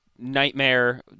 Nightmare